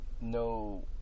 no